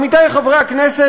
עמיתי חברי הכנסת,